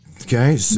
Okay